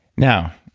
now,